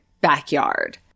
backyard